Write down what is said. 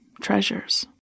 treasures